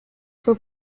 fue